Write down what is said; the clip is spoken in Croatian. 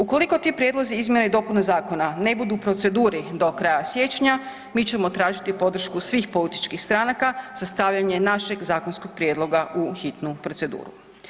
Ukoliko ti prijedlozi izmjena i dopuna zakona ne budu u proceduri do kraja siječnja, mi ćemo tražiti podršku svih političkih stranaka za stavljanje našeg zakonskog prijedloga u hitnu proceduru.